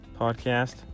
podcast